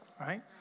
right